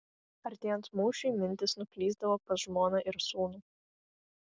artėjant mūšiui mintys nuklysdavo pas žmoną ir sūnų